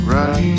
Right